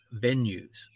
venues